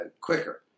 quicker